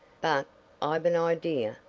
but i've an idea,